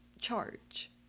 charge